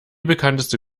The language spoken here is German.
bekannteste